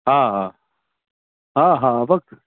हा हा हा हा